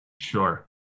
sure